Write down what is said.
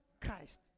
Christ